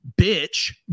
bitch